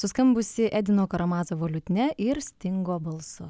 suskambusi edino karamazovo liutnia ir stingo balsu